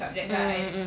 mm mm mm mm